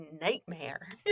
nightmare